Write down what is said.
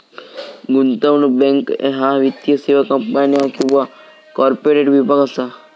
गुंतवणूक बँक ह्या वित्तीय सेवा कंपन्यो किंवा कॉर्पोरेट विभाग असा